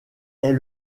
est